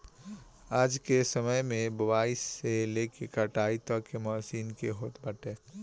आजके समय में बोआई से लेके कटाई तकले मशीन के होत बाटे